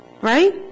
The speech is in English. Right